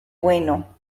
bueno